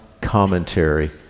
commentary